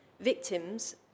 Victims